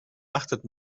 achtet